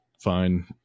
Fine